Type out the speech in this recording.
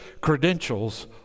credentials